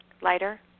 Lighter